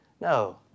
No